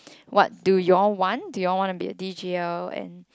what do you all want do you want to be a D_Jer and